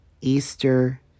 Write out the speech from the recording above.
Easter